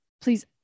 Please